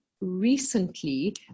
recently